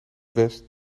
west